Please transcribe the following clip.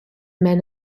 men